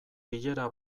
bilera